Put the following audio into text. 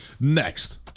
next